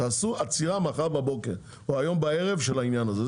תעשו עצירה מחר בבוקר או היום בערב של העניין הזה,